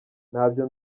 ntabyo